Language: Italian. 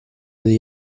degli